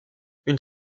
une